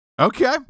okay